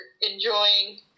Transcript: enjoying